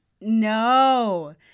No